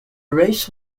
race